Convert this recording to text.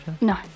No